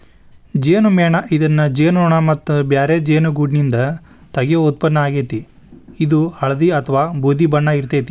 ಜೇನುಮೇಣ ಇದನ್ನ ಜೇನುನೋಣ ಮತ್ತ ಬ್ಯಾರೆ ಜೇನುಗೂಡ್ನಿಂದ ತಗಿಯೋ ಉತ್ಪನ್ನ ಆಗೇತಿ, ಇದು ಹಳ್ದಿ ಅತ್ವಾ ಬೂದಿ ಬಣ್ಣ ಇರ್ತೇತಿ